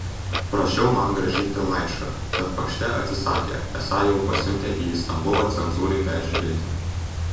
prašiau man grąžinti laišką bet pašte atsisakė esą jau pasiuntę į istambulą cenzūrai peržiūrėti